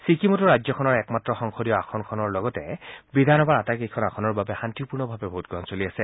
ছিক্বিমতো ৰাজ্যখনৰ একমাত্ৰ সংসদীয় আসনখনৰ লগতে বিধানসভাৰ আটাইকেইখন আসনতে শান্তিপুৰ্ণভাৱে ভোটগ্ৰহণ চলি আছে